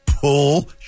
Pull